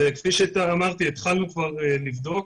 כפי שאמרתי, התחלנו כבר לבדוק.